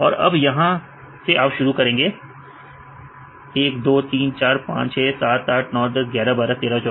और अब आप यहां से शुरू करेंगे 1 2 34 5 6 7 8 9 1011121314